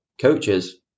coaches